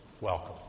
Welcome